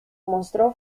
mostró